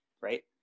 right